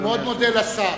אני מאוד מודה לשר.